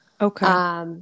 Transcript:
Okay